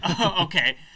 Okay